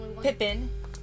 Pippin